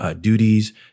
duties